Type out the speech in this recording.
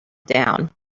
down